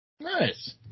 Nice